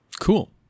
Cool